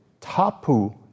Tapu